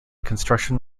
construction